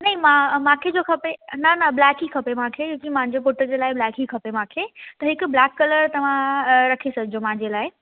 नही मां मूंखे जो खपे न न ब्लैक ई खपे मूंखे क्योकी मुंहिंजे पुट लाइ ब्लैक ई खपे मूंखे त हिकु ब्लैक कलर तव्हां रखी छॾिजो मुंहिंजे लाइ